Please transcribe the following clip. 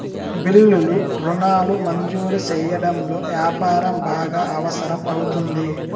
బిల్లులు రుణాలు మంజూరు సెయ్యడంలో యాపారం బాగా అవసరం అవుతుంది